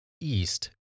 east